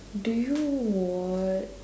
do you watch